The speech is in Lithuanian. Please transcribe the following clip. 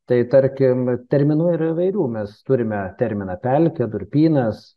tai tarkim terminų yra įvairių mes turime terminą pelkė durpynas